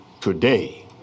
today